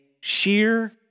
sheer